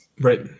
Right